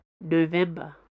November